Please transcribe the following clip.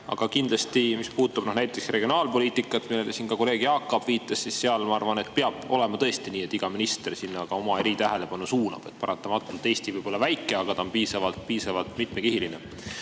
Aga mis puudutab näiteks regionaalpoliitikat, millele siin ka kolleeg Jaak Aab viitas, siis ma arvan, et peab olema tõesti nii, et iga minister sinna eraldi oma tähelepanu suunab. Paratamatult võib Eesti olla väike, aga ta on piisavalt mitmekihiline.